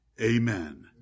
amen